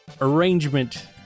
arrangement